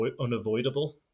unavoidable